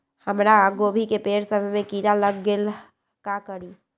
हमरा गोभी के पेड़ सब में किरा लग गेल का करी?